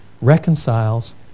reconciles